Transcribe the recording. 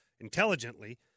intelligently